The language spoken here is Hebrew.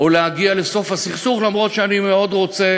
וכיוון שכך,